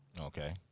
Okay